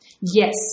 Yes